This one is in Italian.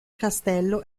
castello